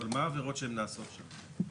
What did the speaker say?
מה העבירות שנעשות שם?